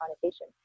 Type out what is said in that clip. connotation